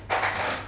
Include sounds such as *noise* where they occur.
*noise*